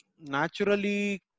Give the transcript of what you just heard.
naturally